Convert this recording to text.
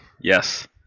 Yes